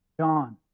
John